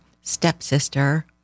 stepsister